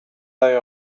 day